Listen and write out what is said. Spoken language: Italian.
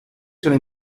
sono